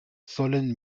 sollen